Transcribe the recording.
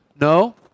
No